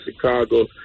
Chicago